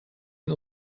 den